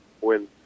win